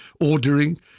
ordering